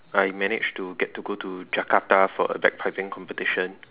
I managed to get to go to Jakarta for a bagpiping competition